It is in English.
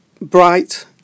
bright